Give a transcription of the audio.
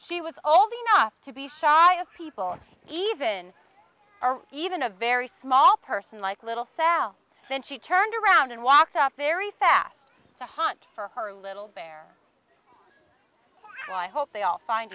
she was old enough to be shy of people even or even a very small person like little south then she turned around and walked off very fast to hunt for her little bear so i hope they all find